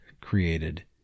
created